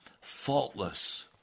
Faultless